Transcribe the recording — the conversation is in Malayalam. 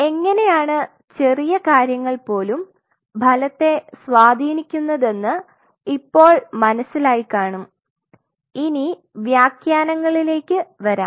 എങ്ങനെയാണ് ചെറിയ കാര്യങ്ങൾപോലും ഫലത്തെ സ്വാധീനിക്കുന്നത്തെന്ന് ഇപ്പോൾ മനസ്സിലായി കാണും ഇനി വ്യാഖ്യാനങ്ങളിലേക്ക് വരാം